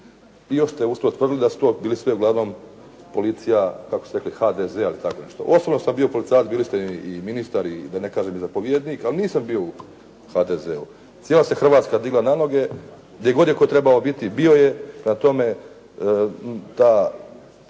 I još ste uz to tvrdili da su to bili sve uglavnom policija, kako ste rekli HDZ ili tako nešto. Osobno sam bio policajac, bili ste i ministar i da ne kažem i zapovjednik, ali nisam bio u HDZ-u. Cijela se Hrvatska digla na noge, gdje god je tko trebao biti bio je, prema tome ta